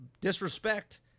Disrespect